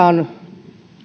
on